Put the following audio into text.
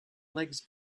legs